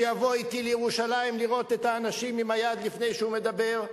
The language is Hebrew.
שיבוא אתי לירושלים לראות את האנשים עם המספר על היד לפני שהוא מדבר.